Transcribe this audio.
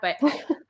but-